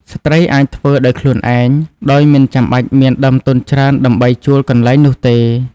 ស្ត្រីអាចធ្វើការដោយខ្លួនឯង ដោយមិនចាំបាច់មានដើមទុនច្រើនដើម្បីជួលកន្លែងនោះទេ។